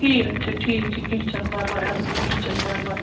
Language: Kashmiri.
ٹھیٖک چھُ ٹھیٖک چھُ کیٚنٛہہ چھُنہٕ پَرواے اَدٕکے کیٚنٛہہ چھُنہٕ پَرواے